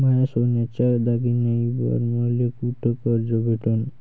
माया सोन्याच्या दागिन्यांइवर मले कुठे कर्ज भेटन?